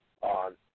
on